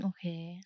Okay